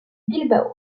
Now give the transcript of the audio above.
bilbao